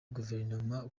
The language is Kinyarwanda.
guverinoma